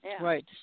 right